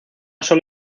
solo